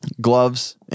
Gloves